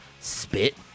Spit